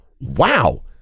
wow